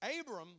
Abram